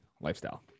lifestyle